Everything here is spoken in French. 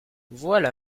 voilà